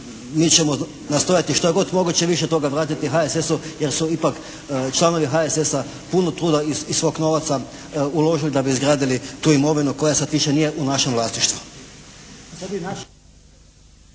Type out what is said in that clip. mi ćemo nastojati što je god moguće više toga vratiti HSS-u jer su ipak članovi HSS-a puno truda i svog novca uložili da bi izgradili tu imovinu koja sad više nije u našem vlasništvu.